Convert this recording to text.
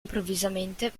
improvvisamente